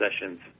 sessions